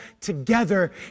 together